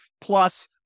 Plus